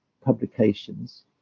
publications